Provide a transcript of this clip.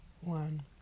one